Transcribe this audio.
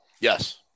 Yes